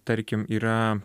tarkim yra